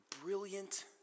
brilliant